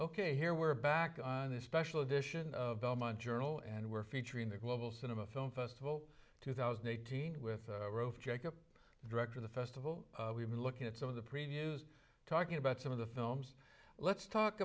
ok here we are back on this special edition of belmont journal and we're featuring the global cinema film festival two thousand and eighteen with director the festival we've been looking at some of the previews talking about some of the films let's talk